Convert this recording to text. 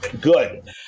good